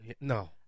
No